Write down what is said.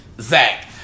Zach